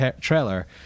trailer